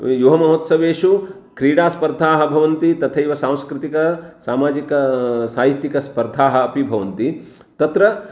युवमहोत्सवेषु क्रीडास्पर्धाः भवन्ति तथैव सांस्कृतिकसामाजिकासाहित्यिकस्पर्धाः अपि भवन्ति तत्र